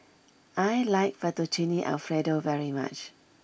I like Fettuccine Alfredo very much